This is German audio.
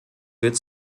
wird